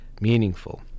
meaningful